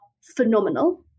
phenomenal